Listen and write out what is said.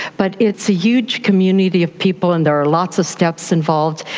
but it's a huge community of people and there are lots of steps involved.